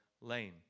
lane